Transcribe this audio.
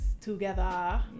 together